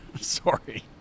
Sorry